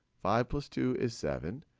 five plus two is seven.